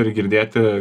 ir girdėti